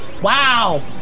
Wow